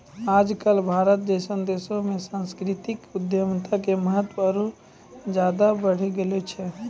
आज कल भारत जैसनो देशो मे सांस्कृतिक उद्यमिता के महत्त्व आरु ज्यादे बढ़ि गेलो छै